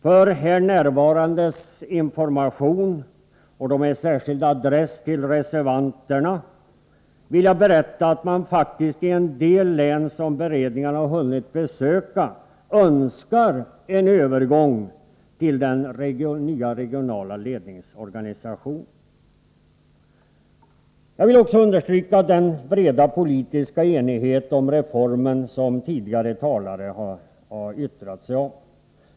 För de närvarandes information — och med särskild adress till reservanterna — vill jag berätta att man faktiskt i en del län som beredningen hunnit besöka önskar en övergång till den nya regionala ledningsorganisationen. Jag vill också poängtera den breda politiska enighet om reformen som tidigare talare har pekat på.